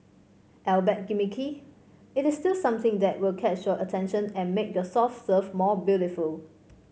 albeit gimmicky it is still something that will catch your attention and make your soft serve more beautiful